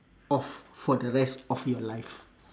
of for the rest of your life